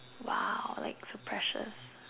!wow! like so precious